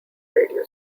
radio